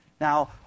Now